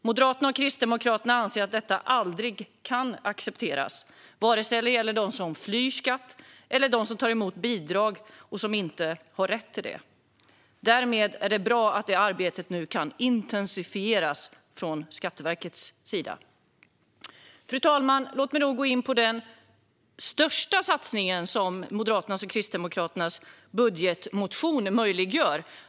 Moderaterna och Kristdemokraterna anser att detta aldrig kan accepteras när det gäller vare sig dem som flyr skatt eller dem som tar emot bidrag utan att ha rätt till det. Därmed är det bra att det arbetet nu kan intensifieras från Skatteverkets sida. Fru talman! Låt mig gå in på den största satsningen som Moderaternas och Kristdemokraternas budgetmotion möjliggör.